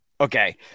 Okay